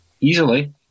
easily